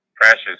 precious